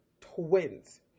twins